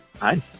hi